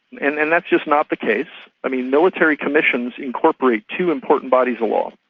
and and that's just not the case. i mean, military commissions incorporate two important bodies of law.